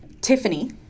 Tiffany